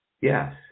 yes